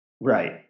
Right